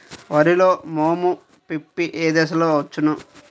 వరిలో మోము పిప్పి ఏ దశలో వచ్చును?